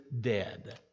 dead